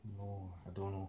no uh I don't know